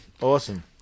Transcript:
Awesome